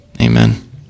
amen